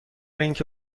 اینکه